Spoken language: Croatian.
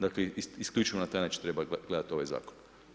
Dakle isključivo na taj način treba gledati ovaj zakon.